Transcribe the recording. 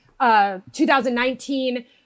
2019